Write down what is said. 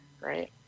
right